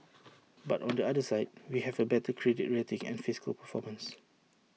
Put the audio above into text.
but on the other side we have A better credit rating and fiscal performance